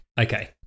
Okay